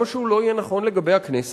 למה שהוא לא יהיה נכון לגבי הכנסת?